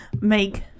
make